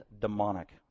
demonic